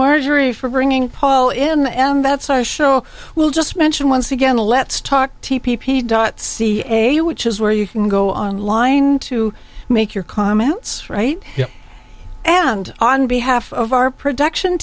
marjorie for bringing paul in the end that's our show we'll just mention once again let's talk t p dot ca which is where you can go online to make your comments right here and on behalf of our production